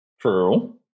True